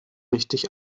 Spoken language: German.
richtig